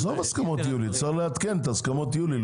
עזוב הסכמות יולי, צריך לעדכן את הסכמות יולי.